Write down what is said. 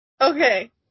Okay